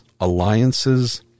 alliances